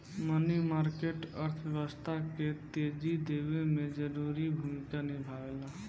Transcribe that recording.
मनी market अर्थव्यवस्था के तेजी देवे में जरूरी भूमिका निभावेला